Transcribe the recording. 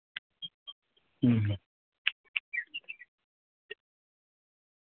ᱦᱩᱸ ᱦᱩᱸ